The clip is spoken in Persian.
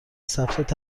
ثبت